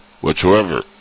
whatsoever